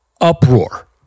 uproar